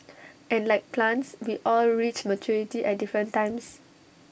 and like plants we all reach maturity at different times